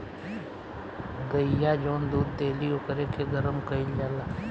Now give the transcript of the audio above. गइया जवन दूध देली ओकरे के गरम कईल जाला